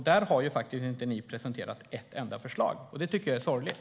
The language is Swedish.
Där har ni inte presenterat ett enda förslag, och det tycker jag är sorgligt.